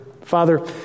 Father